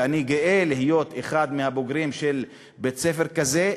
ואני גאה להיות אחד מהבוגרים של בית-ספר כזה,